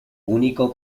único